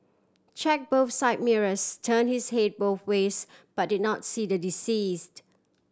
check both side mirrors turn his head both ways but did not see the deceased